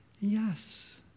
Yes